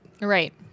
Right